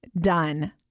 done